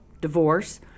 divorce